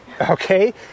okay